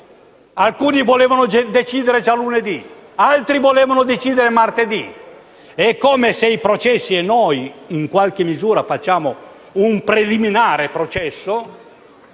Alcuni volevano decidere già lunedì, altri volevano decidere martedì. È come se in un processo - e noi in qualche misura facciamo un processo